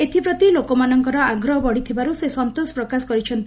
ଏଥପ୍ରତି ଲୋକମାନଙ୍କର ଆଗ୍ରହ ବଢ଼ିଥିବାରୁ ସେ ସଡୋଷ ପ୍ରକାଶ କରିଛନ୍ତି